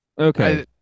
Okay